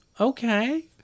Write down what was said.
okay